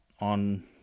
on